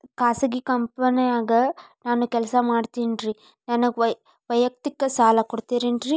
ಖಾಸಗಿ ಕಂಪನ್ಯಾಗ ನಾನು ಕೆಲಸ ಮಾಡ್ತೇನ್ರಿ, ನನಗ ವೈಯಕ್ತಿಕ ಸಾಲ ಕೊಡ್ತೇರೇನ್ರಿ?